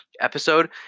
episode